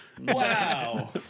Wow